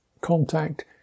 Contact